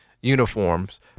uniforms –